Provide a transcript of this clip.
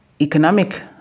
economic